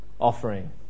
offering